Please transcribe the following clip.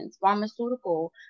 pharmaceutical